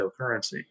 cryptocurrency